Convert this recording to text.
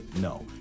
no